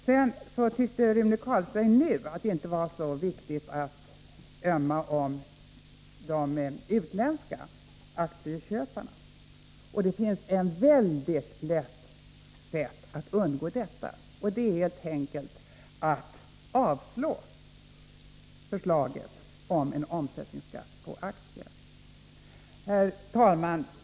Rune Carlstein tyckte nu att det inte var så viktigt att ömma för de utländska aktieköparna. Det finns en mycket enkel lösning här, nämligen att avslå förslaget om en omsättningsskatt på aktier. Herr talman!